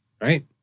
Right